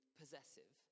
possessive